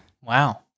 Wow